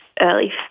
early